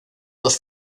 dos